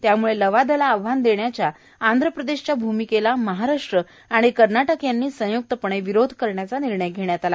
त्यामुळे लवादाला आव्हान देण्याच्या आंध प्रदेशच्या भ्मिकेला महाराष्ट्र आणि कर्नाटक यांनी संय्क्तपणे विरोध करण्याचा निर्णय घेण्यात आला